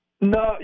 No